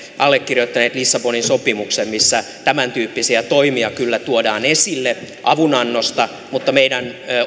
allekirjoittaneet lissabonin sopimuksen missä tämäntyyppisiä toimia kyllä tuodaan esille avunannosta mutta meidän